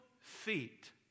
feet